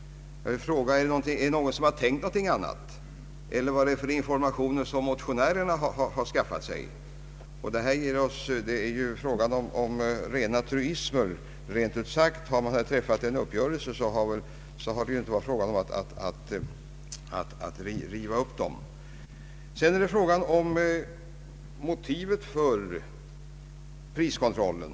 Är det någon som har tänkt någonting annat? Eller vad är det för informationer motionärerna har skaffat sig? Här är det ju fråga om rena truismer, rent ut sagt. Har man träffat en uppgörelse har det ju inte varit fråga om att riva upp den. Vidare är det fråga om motivet för priskontrollen.